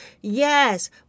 Yes